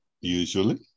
usually